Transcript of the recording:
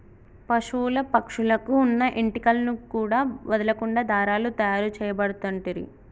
పశువుల పక్షుల కు వున్న ఏంటి కలను కూడా వదులకుండా దారాలు తాయారు చేయబడుతంటిరి